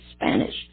Spanish